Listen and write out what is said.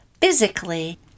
physically